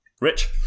Rich